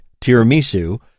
Tiramisu